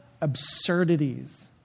absurdities